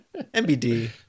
MBD